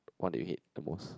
one that you hate the most